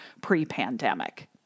pre-pandemic